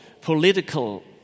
political